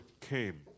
came